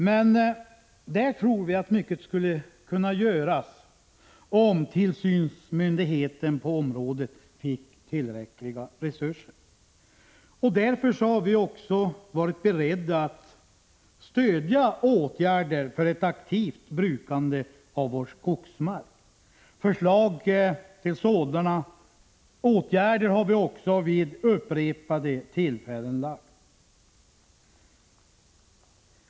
Men där tror vi att mycket skulle kunna göras, om tillsynsmyndigheten på området fick tillräckliga resurser. Därför har vi varit beredda att stödja förslag till åtgärder för ett aktivt brukande av vår skogsmark. Förslag till sådana åtgärder har vi också vid upprepade tillfällen lagt fram.